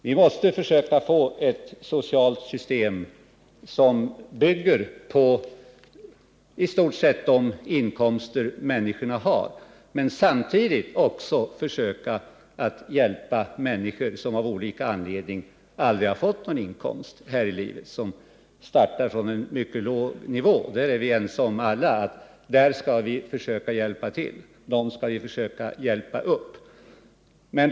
Vi måste försöka få ett socialt system som i stort sett bygger på de inkomster människorna har men samtidigt försöka hjälpa människor som av olika anledningar aldrig fått någon inkomst här i livet, människor som startar från en mycket låg nivå. Viär alla ense om att vi skall försöka hjälpa upp dem.